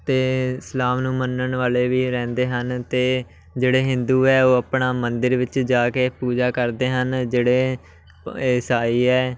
ਅਤੇ ਇਸਲਾਮ ਨੂੰ ਮੰਨਣ ਵਾਲੇ ਵੀ ਰਹਿੰਦੇ ਹਨ ਅਤੇ ਜਿਹੜੇ ਹਿੰਦੂ ਹੈ ਉਹ ਆਪਣਾ ਮੰਦਰ ਵਿੱਚ ਜਾ ਕੇ ਪੂਜਾ ਕਰਦੇ ਹਨ ਜਿਹੜੇ ਇਸਾਈ ਹੈ